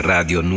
Radio